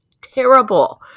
Terrible